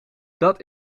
dat